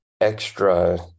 extra